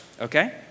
okay